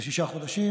כשיוצאים